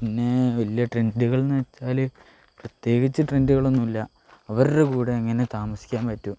പിന്നേ വലിയ ട്രെൻ്റുകൾ എന്നു വെച്ചാൽ പ്രത്യേകിച്ച് ട്രെൻ്റുകളൊന്നുമല്ല അവരുടെ കൂടെയെങ്ങനെ താമസിക്കാൻ പറ്റുമോ